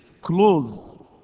close